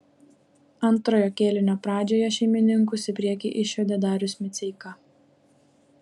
antrojo kėlinio pradžioje šeimininkus į priekį išvedė darius miceika